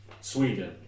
Sweden